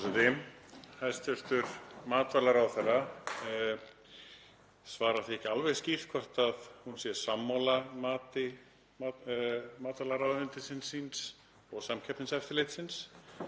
Hæstv. matvælaráðherra svarar því ekki alveg skýrt hvort hún sé sammála mati matvælaráðuneytis síns og Samkeppniseftirlitsins